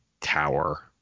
tower